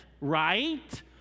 right